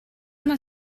yma